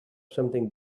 something